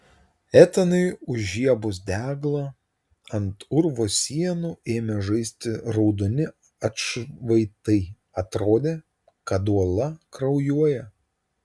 etanui užžiebus deglą ant urvo sienų ėmė žaisti raudoni atšvaitai atrodė kad uola kraujuoja